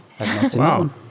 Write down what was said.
Wow